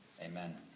Amen